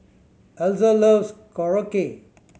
Elza loves Korokke